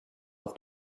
auf